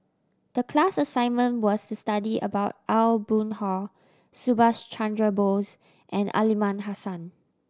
the class assignment was to study about Aw Boon Haw Subhas Chandra Bose and Aliman Hassan